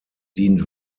dient